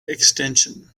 extension